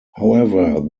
however